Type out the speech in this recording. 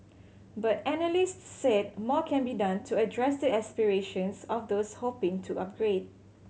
but analysts said more can be done to address the aspirations of those hoping to upgrade